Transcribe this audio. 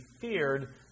feared